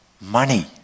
money